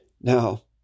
Now